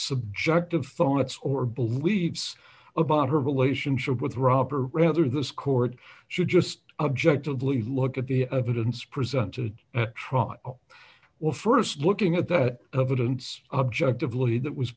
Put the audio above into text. subjective thoughts or beliefs about her relationship with rob are rather this court should just objectively look at the evidence presented at trial well st looking at that evidence objectively that was